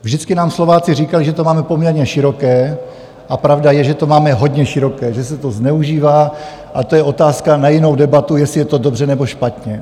Vždycky nám Slováci říkali, že to máme poměrně široké, a je pravda, že to máme hodně široké, že se to zneužívá, ale to je otázka na jinou debatu, jestli je to dobře, nebo špatně.